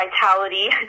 vitality